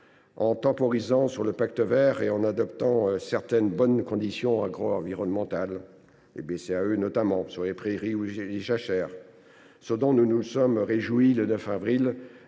en temporisant sur le Pacte vert et en adaptant certaines bonnes conditions agroenvironnementales (BCAE), sur les prairies ou sur les jachères, ce dont nous nous sommes félicités le 9 avril